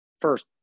first